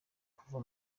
kuva